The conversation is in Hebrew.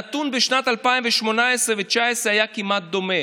הנתון בשנת 2018 ו-2019 היה כמעט, דומה.